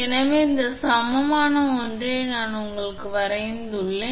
எனவே இந்த சமமான ஒன்றை நான் உங்களுக்காக வரைந்துள்ளேன்